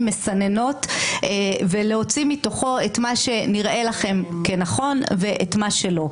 מסננות ולהוציא מתוכו את מה שנראה לכם שנכון ומה שלא.